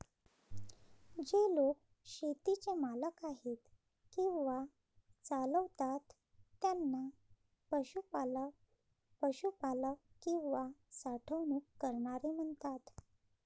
जे लोक शेतीचे मालक आहेत किंवा चालवतात त्यांना पशुपालक, पशुपालक किंवा साठवणूक करणारे म्हणतात